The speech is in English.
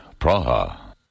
Praha